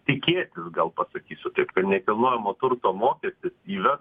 tikėtis gal pasakysiu taip kad nekilnojamo turto mokestis įves